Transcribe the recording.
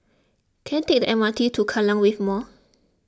can I take the M R T to Kallang Wave Mall